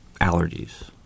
allergies